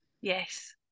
Yes